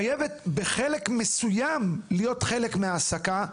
חייבת בחלק מסוים להיות חלק מההעסקה,